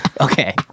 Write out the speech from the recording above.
Okay